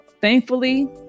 thankfully